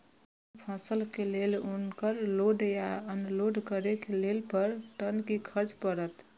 कोनो फसल के लेल उनकर लोड या अनलोड करे के लेल पर टन कि खर्च परत?